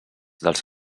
dels